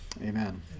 Amen